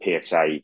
PSA